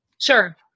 Sure